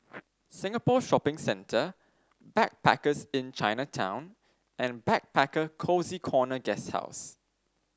Singapore Shopping Centre Backpackers Inn Chinatown and Backpacker Cozy Corner Guesthouse